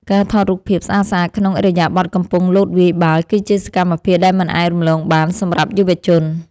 ការថតរូបភាពស្អាតៗក្នុងឥរិយាបថកំពុងលោតវាយបាល់ គឺជាសកម្មភាពដែលមិនអាចរំលងបានសម្រាប់យុវជន។